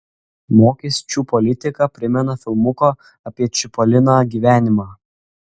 mokesčių politika primena filmuko apie čipoliną gyvenimą